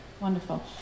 wonderful